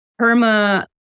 PERMA